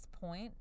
point